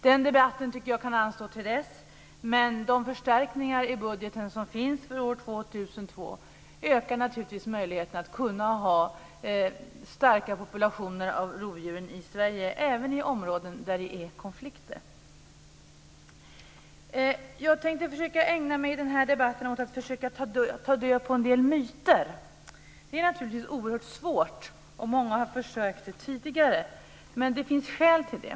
Jag tycker att debatten därom kan anstå tills propositionen föreligger, men de förstärkningar som finns i budgeten för år 2002 ökar naturligtvis möjligheterna att ha starka populationer av rovdjur i Sverige, även i områden där det är konflikter. Jag tänker i den här debatten försöka ägna mig åt att försöka ta död på en del myter. Det är naturligtvis oerhört svårt, och många har tidigare försökt göra det, men det finns skäl till det.